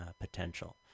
potential